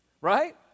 right